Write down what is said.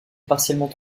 partiellement